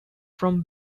from